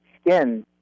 skin